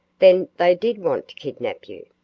then they did want to kidnap you?